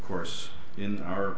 course in our